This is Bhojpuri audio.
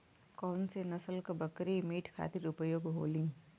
कौन से नसल क बकरी मीट खातिर उपयोग होली?